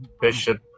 Bishop